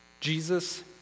Jesus